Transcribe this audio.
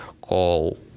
call